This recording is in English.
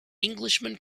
englishman